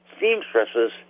seamstresses